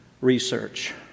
research